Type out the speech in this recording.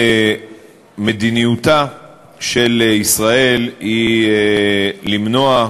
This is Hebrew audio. מדיניותה של ישראל היא למנוע,